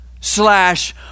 slash